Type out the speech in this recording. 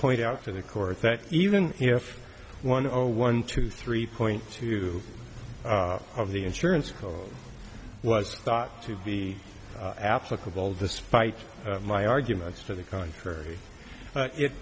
point out to the court that even if one or one to three point two of the insurance co was thought to be applicable despite my arguments to the contrary if it